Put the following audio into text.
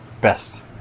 best